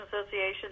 Association